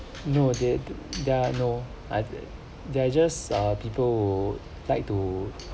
no they they're no there are just uh people who like to